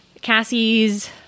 Cassie's